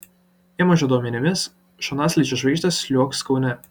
ėmužio duomenimis šonaslydžio žvaigždės sliuogs kaune